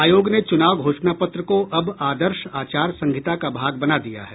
आयोग ने चुनाव घोषणा पत्र को अब आदर्श आचार संहिता का भाग बना दिया है